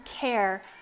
care